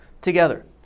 together